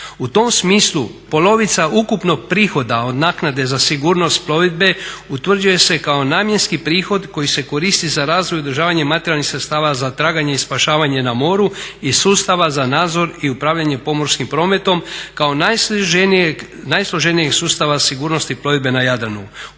U tom smislu polovica ukupnog prihoda od naknade za sigurnost plovidbe utvrđuje se kao namjenski prihod koji se koristi za razvoj i održavanje materijalnih sredstava za traganje i spašavanje na moru i sustava za nadzor i upravljanje pomorskim prometom kao najsloženijeg sustava sigurnosti plovidbe na Jadranu,